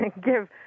give